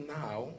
now